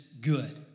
good